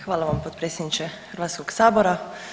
Hvala vam potpredsjedniče Hrvatskoga sabora.